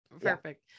Perfect